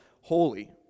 holy